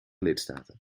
lidstaten